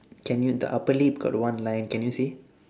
can you the upper lip got one line can you see